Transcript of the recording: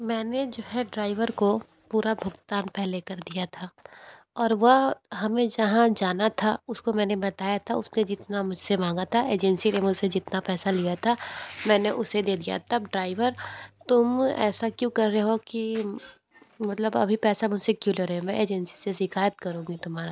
मैंने जो है ड्राइवर को पूरा भुगतान पहले कर दिया था और वह हमे जहाँ जाना था उसको मैंने बताया था उसने जितना मुझसे मांगा था एजेंसी ने मुझसे जितना पैसा लिया था मैंने उसे दे दिया तब ड्राइवर तुम ऐसा क्यों कर रहे हो कि मतलब अभी पैसा मुझसे क्यों ले रहे हो मैं एजेंसी से शिकायत करुँगी तुम्हारा